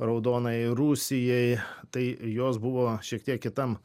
raudonajai rusijai tai jos buvo šiek tiek kitam